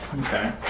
Okay